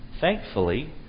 Thankfully